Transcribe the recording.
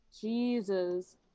Jesus